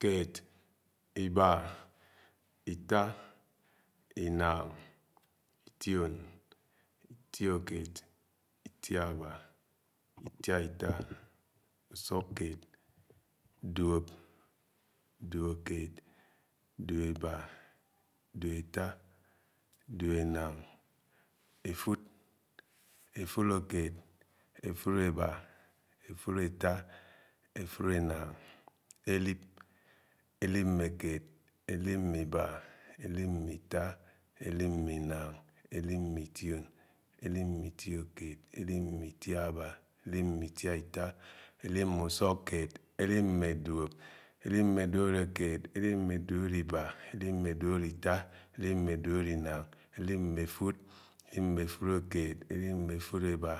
keéd ìba, ítá, ìnáng, ìtìon, ìtiokéed, ìtìabá, ìtìaìtá ùsúukeéd, duop, duõkeéd, duõetá, duoétá, duóenáng, efùd, efùdkéed, efuìebà, efudeta, efùdenáng, elíp, elip-me-kéed, elip-me-ìba, elìp-me-itá, elip-me-inañg, elip-mé-itiòn, elip-me-itìokéed, elip-me-ìtíábã, elip-me-itiatia, elip-mé-ùsùkkeed, elip-me-duóp, elip-me-dùlokéed, elip-mé-duoloìba, elip-me-duólòita, elip-me-duoloinañg, elip-me-efùd, elip-me-efudkeed, elip-me-efúd ebá,